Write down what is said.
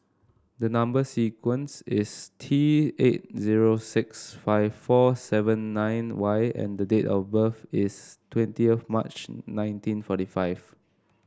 the number sequence is T eight zero six five four seven nine Y and the date of birth is twentieth of March nineteen forty five